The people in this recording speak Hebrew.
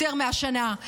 יותר משנה,